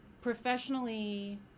professionally